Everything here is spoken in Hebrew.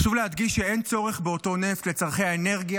חשוב להדגיש שאין צורך באותו נפט לצורכי האנרגיה